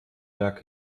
berg